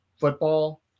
football